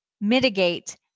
mitigate